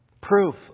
proof